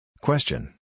Question